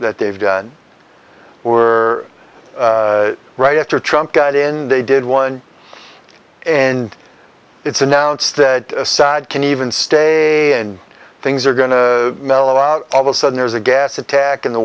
that they've done were right after trump got in they did one and it's announced that assad can even stay and things are going to mellow out of a sudden there's a gas attack in the